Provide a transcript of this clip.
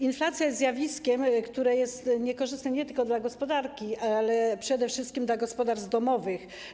Inflacja jest zjawiskiem, które jest niekorzystne nie tylko dla gospodarki, ale też przede wszystkim dla gospodarstw domowych.